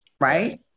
right